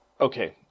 Okay